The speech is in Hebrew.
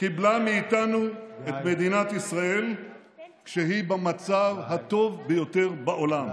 קיבלה מאיתנו את מדינת ישראל כשהיא במצב הטוב ביותר בעולם.